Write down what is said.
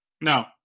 No